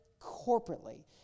corporately